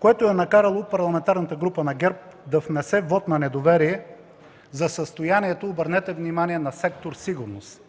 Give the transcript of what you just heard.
което е накарало Парламентарната група на ГЕРБ да внесе вот на недоверие за състоянието, обърнете внимание, на сектор „Сигурност”?